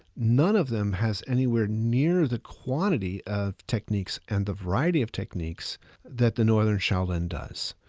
none of them has anywhere near the quantity of techniques and the variety of techniques that the northern shaolin does.